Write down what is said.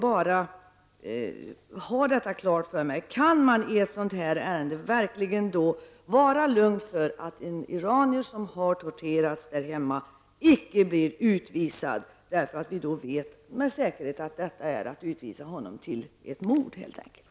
Kan man alltså i ett sådant här ärende verkligen vara säker på att en iranier som har torterats icke blir utvisad, därför att vi med säkerhet vet att en utvisning helt enkelt skulle innebära mord?